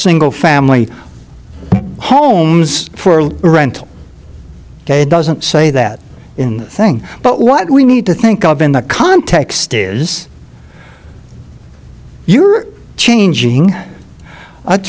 single family homes for rental ok it doesn't say that in this thing but what we need to think of in the context is you're changing